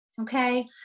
Okay